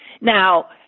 Now